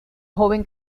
joven